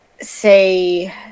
say